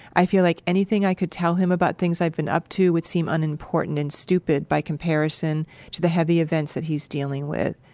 i feel like anything i could tell him about things i've been up to would seem unimportant and stupid by comparison to the heavy events that he's dealing with.